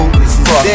Fuck